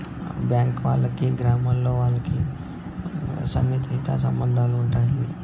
bank వాళ్ళకి గ్రామాల్లో వాళ్ళకి సన్నిహిత సంబంధాలు ఉంటాయి